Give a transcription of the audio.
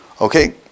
Okay